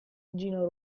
gino